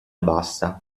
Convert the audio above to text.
bassa